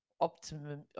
Optimum